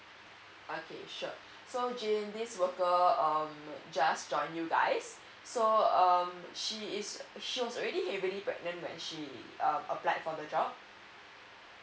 okay sure so jane this worker um just join you guys so um she is she was already heavily pregnant when she uh applied for the job